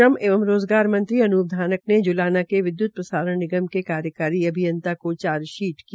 श्रम एवं रोज़गार मंत्री अन्प धानक ने जुलाना के विध्त प्रसारण निगम के कार्यकारी अभियंता को चार्जशीट किया